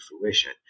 fruition